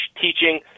teaching